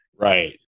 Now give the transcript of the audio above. Right